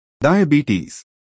Diabetes